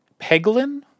peglin